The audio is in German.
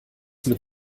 mit